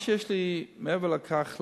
מעבר לכך,